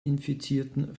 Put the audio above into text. infizierten